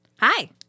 Hi